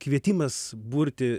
kvietimas burti